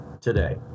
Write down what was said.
today